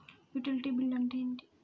Utility bill అంటే ఏమిటి?